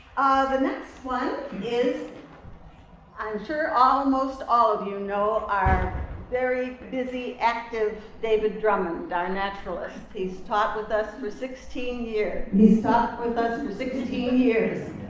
the next one is i'm sure almost all of you know our very busy, active david drummond, our naturalist. he's taught with us for sixteen years. and he stuck with us for sixteen years.